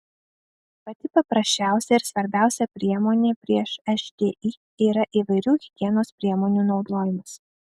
pati paprasčiausia ir svarbiausia priemonė prieš šti yra įvairių higienos priemonių naudojimas